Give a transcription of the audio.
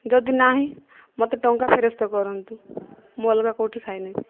ଯଦି ନାହିଁ ମୋତେ ଟଙ୍କା ଫେରସ୍ତ କରନ୍ତୁ ମୁଁ ଅଲଗା କେଉଁଠି ଖାଇନେବି